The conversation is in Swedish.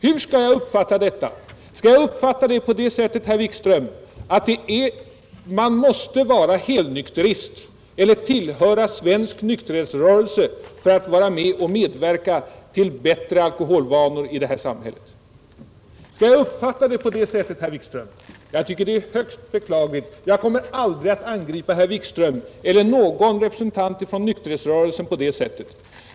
Hur skall jag uppfatta detta? Skall jag uppfatta det på det sättet, herr Wikström, att man måste vara helnykterist eller tillhöra svensk nykterhetsrörelse för att kunna medverka till bättre alkoholvanor i vårt samhälle? Jag kommer aldrig att angripa herr Wikström eller någon representant för nykterhetsrörelsen på detta sätt.